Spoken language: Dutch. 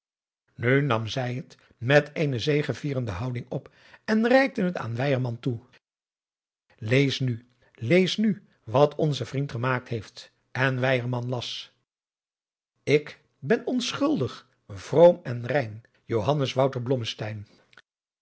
nu nam zij het met eene zegevierende houding op en reikte het aan weyerman toe lees nu lees nu wat onze vriend gemaakt heeft en weyerman las ik ben onschuldig vroom en rein